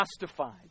justified